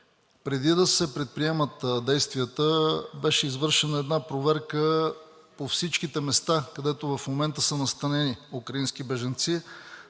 Преди да се предприемат действията, беше извършена една проверка по всичките места, където в момента са настанени украински бежанци.